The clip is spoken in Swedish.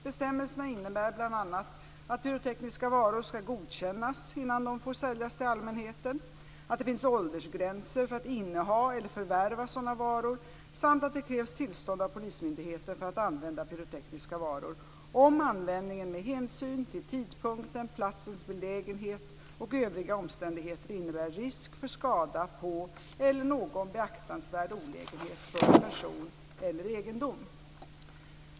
Bestämmelserna innebär bl.a. att pyrotekniska varor skall godkännas innan de får säljas till allmänheten, att det finns åldersgränser för att inneha eller förvärva sådana varor samt att det krävs tillstånd av polismyndigheten för att använda pyrotekniska varor om användningen med hänsyn till tidpunkten, platsens belägenhet och övriga omständigheter innebär risk för skada på eller någon beaktansvärd olägenhet för person eller egendom.